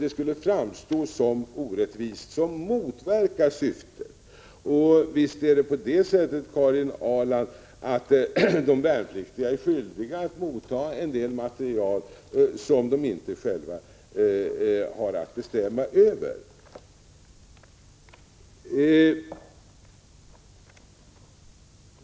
Det skulle framstå som orättvist på ett sätt som motverkar syftet. Visst är det på det sättet, Karin Ahrland, att de värnpliktiga är skyldiga att motta en del materiel som de inte själva har att bestämma över.